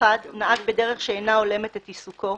נהג בדרך שאינה הולמת את עיסוקו,